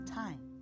time